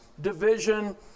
division